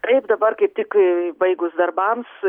taip dabar kaip tik baigus darbams